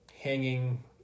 hanging